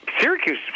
Syracuse